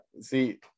see